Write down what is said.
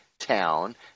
town